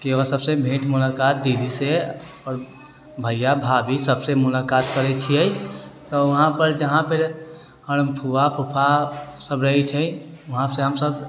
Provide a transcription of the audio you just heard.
की सबसँ भेँट मुलाकात दीदीसँ भैया भाभी सबसँ मुलाकात करै छियै तऽ वहाँपर जहाँपर फुआ फूफा सब रहै छै वहाँसँ हमसब